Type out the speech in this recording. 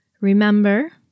remember